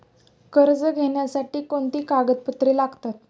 कर्ज घेण्यासाठी कोणती कागदपत्रे लागतात?